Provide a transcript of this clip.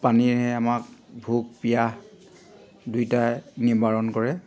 পানীয়ে আমাক ভোক পিয়াহ দুইটাই নিৰ্বাৰণ কৰে